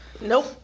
Nope